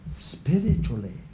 spiritually